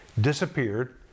disappeared